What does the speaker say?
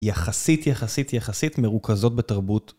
יחסית יחסית יחסית מרוכזות בתרבות.